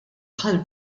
bħal